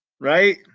Right